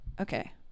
okay